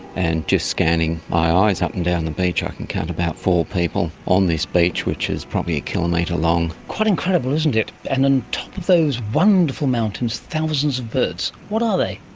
and just scanning my eyes up and down the beach i can count about four people on this beach, which is probably a kilometre long. quite incredible, isn't it. and on top of those wonderful mountains, thousands of birds. what are they?